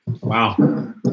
Wow